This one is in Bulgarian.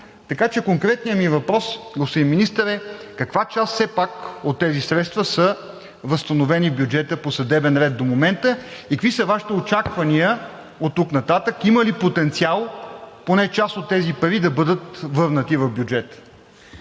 Така че конкретният ми въпрос, господин Министър, е: каква част все пак от тези средства са възстановени в бюджета по съдебен ред до момента, какви са Вашите очаквания оттук нататък, има ли потенциал – поне част от тези пари, да бъдат върнати в бюджета?